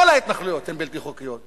כל ההתנחלויות הן בלתי חוקיות.